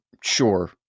sure